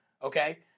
Okay